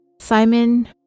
Simon